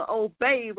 obey